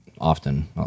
often